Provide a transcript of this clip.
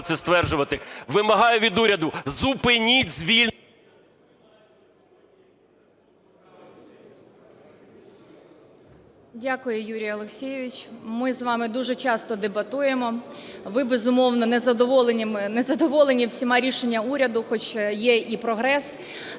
це стверджувати. Вимагаю від уряду: зупиніть звільнення… 10:45:09 ЛАЗЕБНА М.В. Дякую, Юрій Олексійович. Ми з вами дуже часто дебатуємо. Ви, безумовно, незадоволені всіма рішеннями уряду, хоч є і прогрес.